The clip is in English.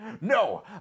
No